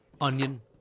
Onion